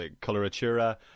coloratura